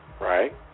Right